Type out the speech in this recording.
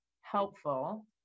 helpful